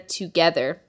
together